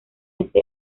ese